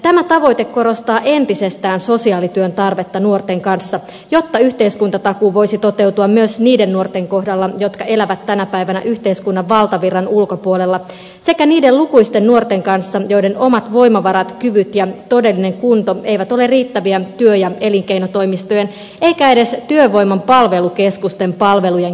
tämä tavoite korostaa entisestään sosiaalityön tarvetta nuorten kanssa jotta yhteiskuntatakuu voisi toteutua myös niiden nuorten kohdalla jotka elävät tänä päivänä yhteiskunnan valtavirran ulkopuolella sekä niiden lukuisten nuorten kanssa joiden omat voimavarat kyvyt ja todellinen kunto eivät ole riittäviä työ ja elinkeinotoimistojen eikä edes työvoiman palvelukeskusten palvelujen käyttämiseen